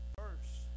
first